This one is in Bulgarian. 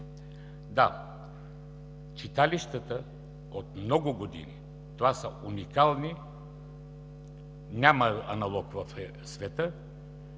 Да, читалищата от много години – те са уникални, няма аналог в света,